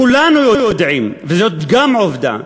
כולנו יודעים, וגם זאת עובדה,